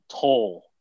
toll